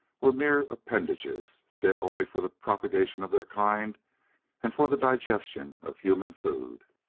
were mere appendages, fit only for the propagation of their kind and for the digestion of human food.